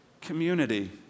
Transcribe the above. community